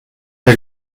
der